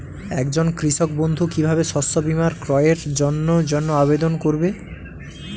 একজন কৃষক বন্ধু কিভাবে শস্য বীমার ক্রয়ের জন্যজন্য আবেদন করবে?